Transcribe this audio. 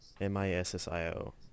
m-i-s-s-i-o